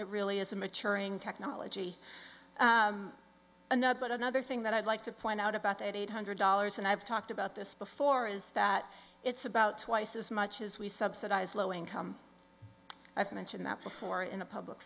it really is a maturing technology another but another thing that i'd like to point out about eight hundred dollars and i've talked about this before is that it's about twice as much as we subsidize low income i've mentioned that before in a public